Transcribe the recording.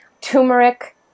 Turmeric